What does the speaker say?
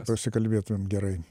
pasikalbėtumėm gerai